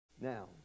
now